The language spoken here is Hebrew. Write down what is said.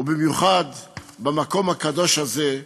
במיוחד במקום הקדוש הזה,